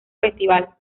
festival